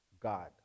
God